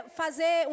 fazer